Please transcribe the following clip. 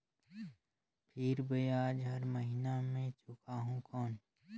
फिर ब्याज हर महीना मे चुकाहू कौन?